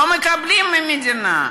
לא מקבלים מהמדינה,